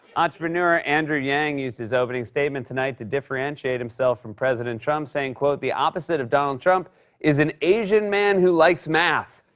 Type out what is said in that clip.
entrepreneur andrew yang used his opening statement tonight to differentiate himself from president trump, saying, the opposite of donald trump is an asian man who likes math.